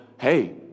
hey